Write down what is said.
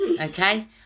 Okay